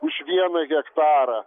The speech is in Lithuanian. už vieną hektarą